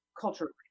culturally